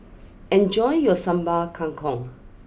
enjoy your Sambal Kangkong